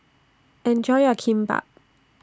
Enjoy your Kimbap